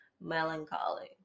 melancholy